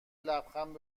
لبخند